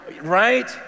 right